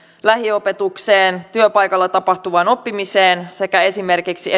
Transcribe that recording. lähiopetukseen työpaikalla tapahtuvaan oppimiseen sekä esimerkiksi